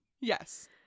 Yes